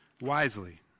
wisely